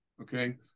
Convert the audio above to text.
okay